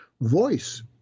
voice